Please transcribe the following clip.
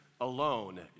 alone